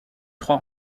trois